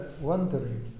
wondering